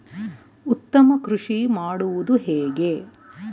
ಉತ್ತಮ ಕೃಷಿ ಮಾಡುವುದು ಹೇಗೆ?